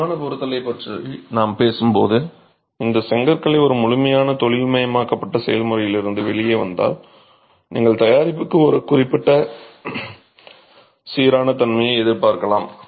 பரிமாண பொறுத்தலைப் பற்றி நாம் பேசும்போது இந்த செங்கற்கள் ஒரு முழுமையான தொழில்மயமாக்கப்பட்ட செயல்முறையிலிருந்து வெளியே வந்தால் நீங்கள் தயாரிப்புக்கு ஒரு குறிப்பிட்ட சீரான தன்மையை எதிர்பார்க்கலாம்